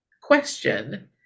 question